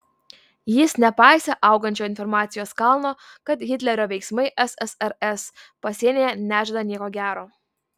jis nepaisė augančio informacijos kalno kad hitlerio veiksmai ssrs pasienyje nežada nieko gero